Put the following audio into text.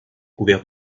couvert